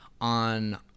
on